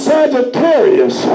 Sagittarius